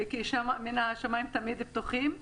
השמיים תמיד פתוחים.